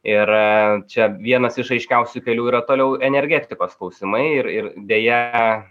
ir čia vienas iš aiškiausių kelių yra toliau energetikos klausimai ir ir deja